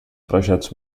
projetos